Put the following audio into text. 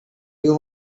you